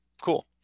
cool